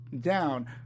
down